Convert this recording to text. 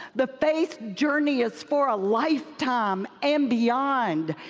the faith journey is for a lifetime and beyond.